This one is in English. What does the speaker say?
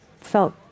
felt